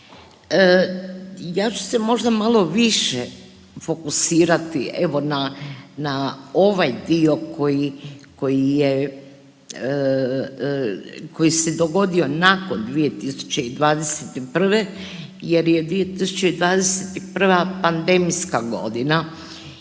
Ja ću se možda malo više fokusirati evo na, na ovaj dio koji, koji je, koji se dogodio nakon 2021. jer je 2021. pandemijska godina